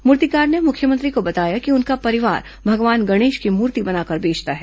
मूर्तिकार ने मुख्यमंत्री को बताया कि उनका परिवार भगवान गणेश की मूर्ति बनाकर बेचता है